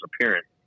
appearance